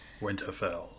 Winterfell